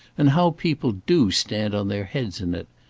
and how people do stand on their heads in it!